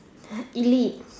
elite